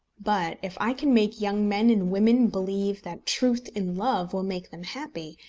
but if i can make young men and women believe that truth in love will make them happy,